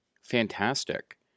fantastic